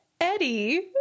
Eddie